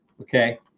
Okay